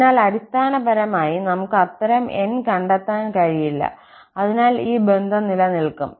അതിനാൽ അടിസ്ഥാനപരമായി നമുക്ക് അത്തരം 𝑁 കണ്ടെത്താൻ കഴിയില്ല അതിനാൽ ഈ ബന്ധം നിലനിൽക്കും